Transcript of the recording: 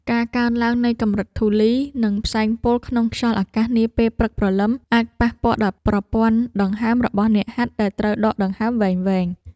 ការកើនឡើងនៃកម្រិតធូលី និងផ្សែងពុលក្នុងខ្យល់អាកាសនាពេលព្រឹកព្រលឹម អាចប៉ះពាល់ដល់ប្រព័ន្ធដង្ហើមរបស់អ្នកហាត់ដែលត្រូវដកដង្ហើមវែងៗ។